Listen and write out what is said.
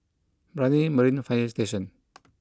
Brani Marine Fire Station